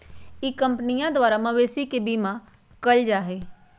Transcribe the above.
ई कंपनीया द्वारा मवेशियन के बीमा कइल जाहई